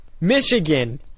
Michigan